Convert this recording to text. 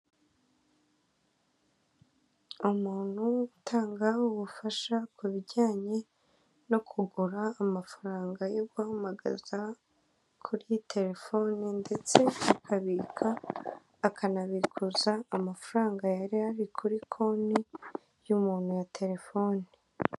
Umuntu utanga ubufasha kubijyanye no kugura amafaranga yo guhamagaza kuri telefone ndetse akabika akanabikuza amafaranga yarari kuri konti y'umuntu ya telefoni